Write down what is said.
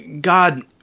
God –